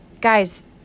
Guys